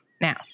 Now